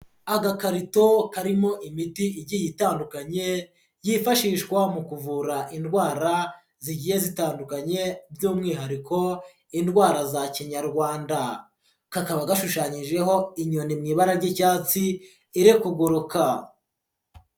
Agakarito karimo imiti igiye itandukanye yifashishwa mu kuvura indwara zigiye zitandukanye, by'umwihariko indwara za Kinyarwanda, kakaba gashushanyijeho inyoni mu ibara ry'icyatsi iri kuguruka.